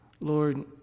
Lord